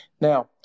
Now